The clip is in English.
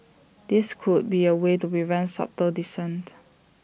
this could be A way to prevent subtle dissent